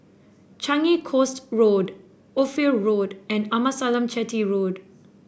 Changi Coast Road Ophir Road and Amasalam Chetty Road